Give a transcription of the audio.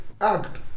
act